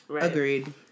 Agreed